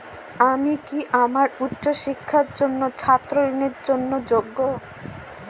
আমি কি আমার উচ্চ শিক্ষার জন্য ছাত্র ঋণের জন্য যোগ্য?